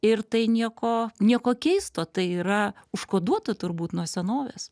ir tai nieko nieko keisto tai yra užkoduota turbūt nuo senovės